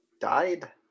died